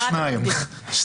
שניים.